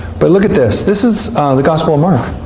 but look at this. this is the gospel of mark.